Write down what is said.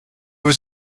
was